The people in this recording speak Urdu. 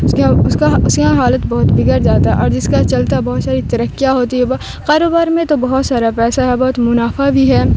اس کے ہاں اس کا ہاں اس کے ہاں حالت بہت بگڑ جاتا اور جس کا چلتا بہت ساری ترقیاں ہوتی ہے وہاں کاروبار میں تو بہت سارا پیسہ ہے بہت منافع بھی ہے